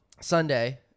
Sunday